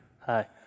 Hi